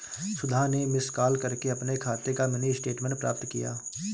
सुधा ने miss call करके अपने खाते का मिनी स्टेटमेंट प्राप्त किया